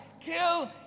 Kill